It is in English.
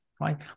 right